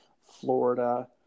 Florida